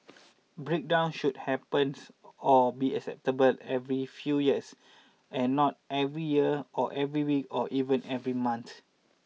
breakdown should happens or be acceptable every few years and not every year or every week or even every month